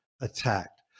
attacked